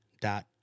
dot